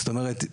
זאת אומרת,